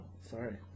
Sorry